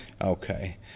Okay